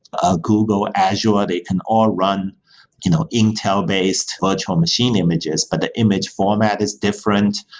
ah google, azure, they can all run you know intel-based virtual machine images, but the image format is different.